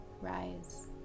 rise